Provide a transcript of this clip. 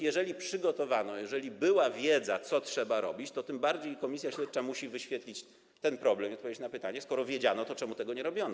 Jeżeli przygotowano, jeżeli była wiedza, co trzeba robić, to tym bardziej komisja śledcza musi wyświetlić ten problem i odpowiedzieć na pytanie: Skoro wiedziano, to dlaczego tego nie robiono?